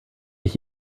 ich